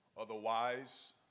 Otherwise